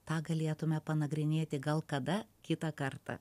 tą galėtume panagrinėti gal kada kitą kartą